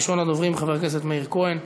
ראשון הדוברים, חבר הכנסת מאיר כהן.